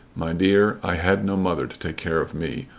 my dear, i had no mother to take care of me,